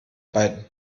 beiden